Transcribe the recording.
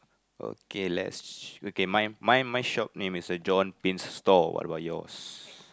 okay let's okay my my my short name is a John Paints Store what about yours